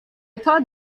thought